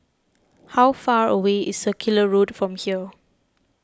how far away is Circular Road from here